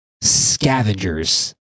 Scavengers